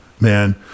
Man